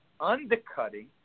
undercutting